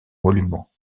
monument